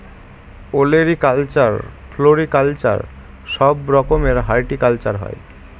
olericulture, floriculture সব রকমের horticulture হয়